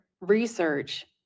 research